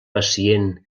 pacient